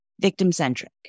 victim-centric